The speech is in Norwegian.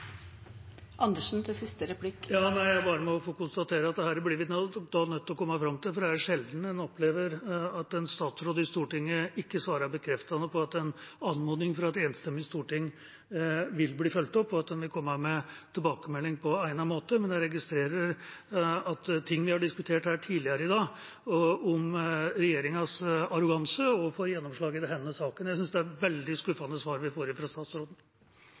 Jeg må bare få konstatere at dette blir vi nødt til å komme fram til, for det er sjelden en opplever at en statsråd i Stortinget ikke svarer bekreftende på at en anmodning fra et enstemmig storting vil bli fulgt opp, og at en vil komme med tilbakemelding på egnet måte. Men jeg registrerer at ting vi har diskutert her tidligere i dag, om regjeringas arroganse, også får gjennomslag i denne saken. Jeg synes det er veldig skuffende svar vi får fra statsråden.